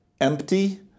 empty